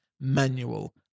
manual